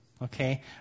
Okay